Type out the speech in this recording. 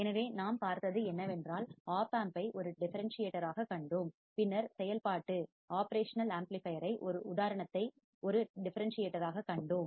எனவே நாம் பார்த்தது என்னவென்றால் ஓப்பம்பை ஒரு டிஃபரன்ஸ் சியேட்டராகக் கண்டோம் பின்னர் செயல்பாட்டு ஒப்ரேஷனல் பெருக்கியின் ஆம்ப்ளிபையர் உதாரணத்தை ஒரு டிஃபரன்ஸ் சியேட்டராகக் கண்டோம்